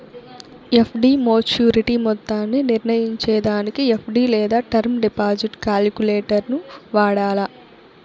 FD maturity మొత్తాన్ని నిర్నయించేదానికి FD లేదా టర్మ్ డిపాజిట్ కాలిక్యులేటరును వాడాల